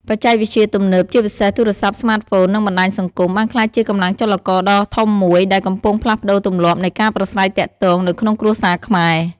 បច្ចេកវិទ្យាទំនើប ជាពិសេស ទូរស័ព្ទស្មាតហ្វូន និងបណ្ដាញសង្គម បានក្លាយជាកម្លាំងចលករដ៏ធំមួយដែលកំពុងផ្លាស់ប្តូរទម្លាប់នៃការប្រាស្រ័យទាក់ទងនៅក្នុងគ្រួសារខ្មែរ។